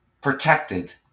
protected